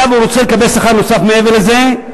היה והוא רוצה לקבל שכר נוסף מעבר לזה,